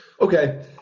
Okay